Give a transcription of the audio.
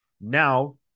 now